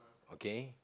okay